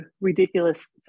ridiculous